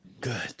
good